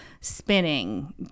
spinning